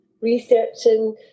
researching